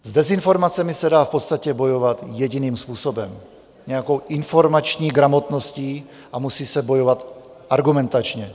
S dezinformacemi se dá v podstatě bojovat jediným způsobem nějakou informační gramotností a musí se bojovat argumentačně.